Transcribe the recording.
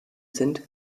sind